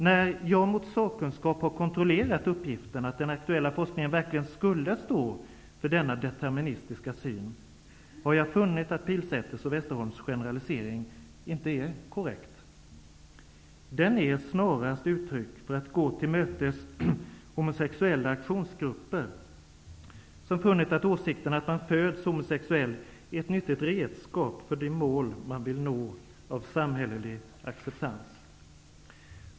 När jag mot sakkunskap har kontrollerat uppgiften att den aktuella forskningen verkligen skulle stå för denna deterministiska syn har jag funnit att Pilsäter/Westerholms generalisering inte är korrekt. Den är snarast uttryck för att gå till mötes homosexuella aktionsgrupper som funnit att åsikten att man föds homosexuell är ett nyttigt redskap för de mål man vill nå av samhällelig acceptans.